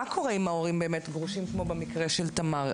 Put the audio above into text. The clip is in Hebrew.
מה קורה אם ההורים גרושים, כמו במקרה של תמר?